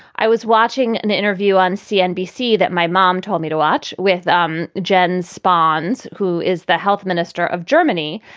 i was watching an interview on cnbc that my mom told me to watch with um jen sponsees, who is the health minister of germany.